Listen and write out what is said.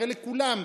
הרי כולם,